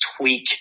tweak